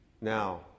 Now